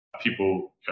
people